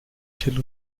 till